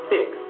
Six